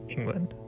England